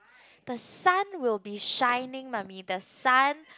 the sun will be shining mummy the sun